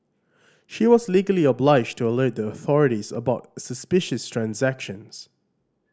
she was legally obliged to alert the authorities about suspicious transactions